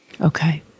Okay